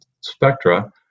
spectra